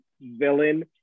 villain